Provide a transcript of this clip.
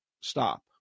stop